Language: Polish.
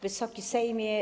Wysoki Sejmie!